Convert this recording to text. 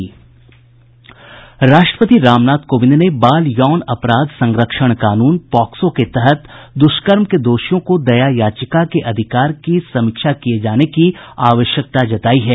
राष्ट्रपति रामनाथ कोविंद ने बाल यौन अपराध संरक्षण कानून पोक्सो के तहत दुष्कर्म के दोषियों को दया याचिका के अधिकार की समीक्षा किये जाने की आवश्यकता जतायी है